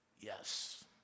Yes